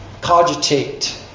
Cogitate